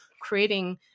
creating